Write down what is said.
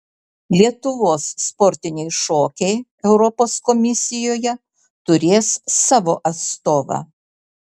lietuvos sportiniai šokiai europos komisijoje turės savo atstovą